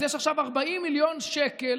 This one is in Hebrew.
אז יש עכשיו 40 מיליון שקל